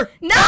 No